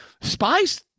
spies